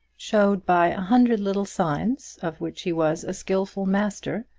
showed by a hundred little signs, of which he was a skilful master,